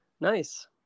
nice